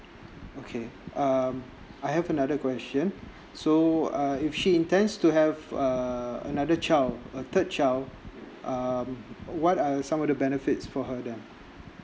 okay um I have another question so uh if she intends to have uh another child a third child um what are some of the benefits for her then